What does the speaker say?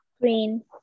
Green